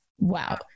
wow